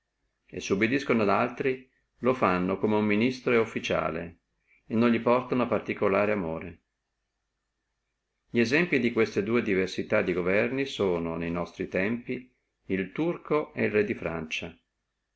e se obediscano alcuno altro lo fanno come ministro et offiziale e non li portano particulare amore li esempli di queste dua diversità di governi sono ne nostri tempi el turco et il re di francia